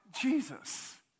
Jesus